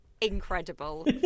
incredible